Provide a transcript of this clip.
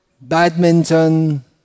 badminton